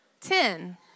Ten